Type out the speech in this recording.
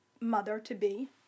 mother-to-be